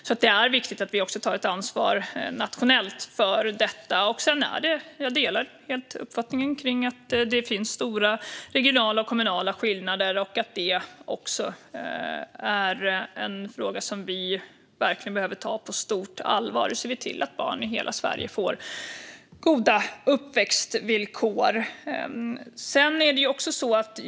Det är alltså viktigt att vi också tar ett nationellt ansvar för detta. Jag delar helt uppfattningen att det finns stora regionala och kommunala skillnader och att det är en fråga som vi verkligen behöver ta på stort allvar för att se till att barn i hela Sverige får goda uppväxtvillkor.